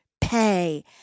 pay